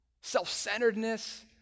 self-centeredness